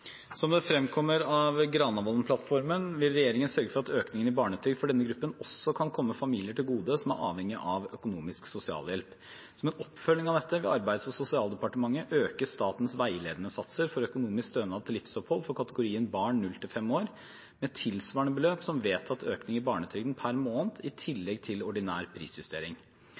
Som det fremkommer av Granavolden-plattformen, vil regjeringen sørge for at økningen i barnetrygd for denne gruppen også kan komme familier som er avhengig av økonomisk sosialhjelp, til gode. Som en oppfølging av dette vil Arbeids- og sosialdepartementet øke statens veiledende satser for økonomisk stønad til livsopphold for kategorien barn 0–5 år med tilsvarende beløp som vedtatt økning i barnetrygden per måned i tillegg til ordinær prisjustering.